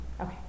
Okay